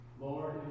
Lord